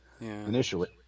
initially